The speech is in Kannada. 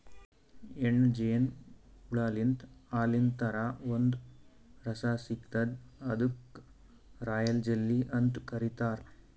ಹೆಣ್ಣ್ ಜೇನು ಹುಳಾಲಿಂತ್ ಹಾಲಿನ್ ಥರಾ ಒಂದ್ ರಸ ಸಿಗ್ತದ್ ಅದಕ್ಕ್ ರಾಯಲ್ ಜೆಲ್ಲಿ ಅಂತ್ ಕರಿತಾರ್